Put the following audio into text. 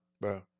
Bro